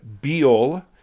beal